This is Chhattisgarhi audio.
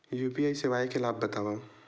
यू.पी.आई सेवाएं के लाभ बतावव?